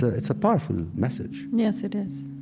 ah it's a powerful message yes, it is